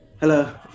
Hello